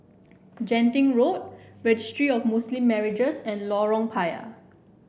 Genting Road Registry of Muslim Marriages and Lorong Payah